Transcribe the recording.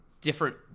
different